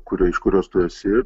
kurioj iš kurios tu esi